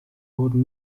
wurden